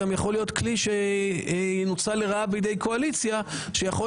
גם יכול להיות כלי שינוצל לרעה בידי הקואליציה שיכולה